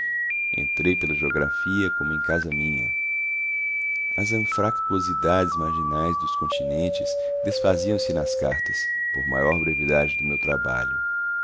entrei pela geografia como em casa minha as anfractuosidades marginais dos continentes desfaziam se nas cartas por maior brevidade do meu trabalho